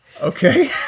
Okay